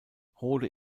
rohde